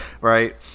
right